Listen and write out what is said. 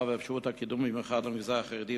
ואפשרות הקידום במיוחד למגזר החרדי,